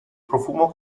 profumo